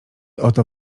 oto